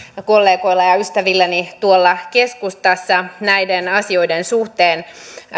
kollegoillani ja ystävilläni keskustassa näiden asioiden suhteen